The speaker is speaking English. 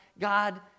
God